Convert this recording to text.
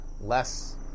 less